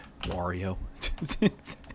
Wario